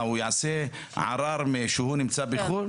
הוא יעשה ערר כשהוא בחוץ לארץ?